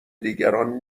دیگران